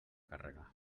càrrega